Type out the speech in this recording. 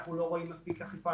אנחנו לא רואים מספיק אכיפה.